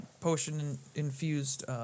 potion-infused